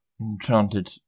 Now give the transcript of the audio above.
enchanted